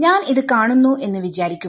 ഞാൻ ഇത് കാണുന്നു എന്ന് വിചാരിക്കുക